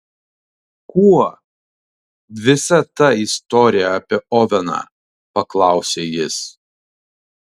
kuo visa ta istorija apie oveną paklausė jis